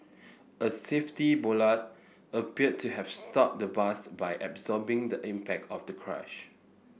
a safety bollard appeared to have stopped the bus by absorbing the impact of the crash